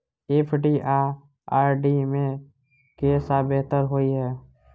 FD आ RD मे केँ सा बेहतर होइ है?